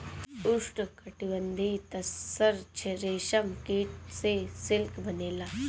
उष्णकटिबंधीय तसर रेशम कीट से सिल्क बनेला